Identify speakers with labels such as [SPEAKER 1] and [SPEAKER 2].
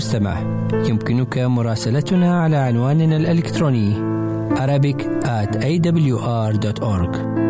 [SPEAKER 1] مستمع. يمكنك مراسلتنا على عنواننا الإلكتروني: arabic@awr.org.